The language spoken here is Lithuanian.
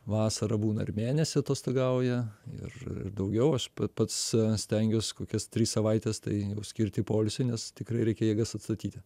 vasarą būna ir mėnesį atostogauja ir daugiau aš pats stengiuos kokias tris savaites tai jau skirti poilsiui nes tikrai reikia jėgas atstatyti